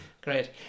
Great